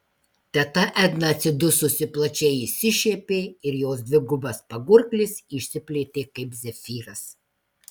teta edna atsidususi plačiai išsišiepė ir jos dvigubas pagurklis išsiplėtė kaip zefyras